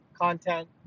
content